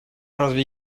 разве